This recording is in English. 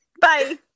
Bye